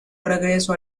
regreso